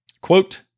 Quote